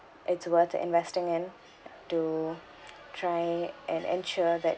it's worth investing in to try and ensure that